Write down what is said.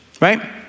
right